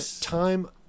time